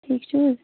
ٹھیٖک چھِو حظ